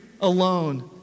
alone